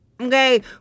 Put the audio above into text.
Okay